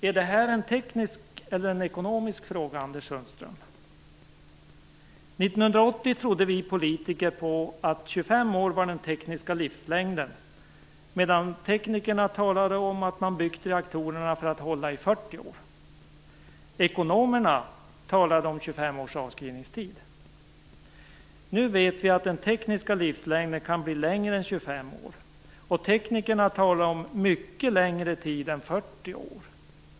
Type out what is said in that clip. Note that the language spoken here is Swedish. Är detta en teknisk eller en ekonomisk fråga, Anders Sundström? År 1980 trodde vi politiker på att 25 år var den tekniska livslängden medan teknikerna talade om att man byggt reaktorerna för att de skall hålla i 40 år. Ekonomerna talade om 25 års avskrivningstid. Nu vet vi att den tekniska livslängden kan bli längre än 25 år, och teknikerna talar om mycket längre tid än 40 år.